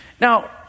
Now